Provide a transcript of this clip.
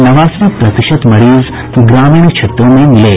नवासी प्रतिशत मरीज ग्रामीण क्षेत्रों से मिले